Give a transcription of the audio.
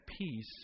peace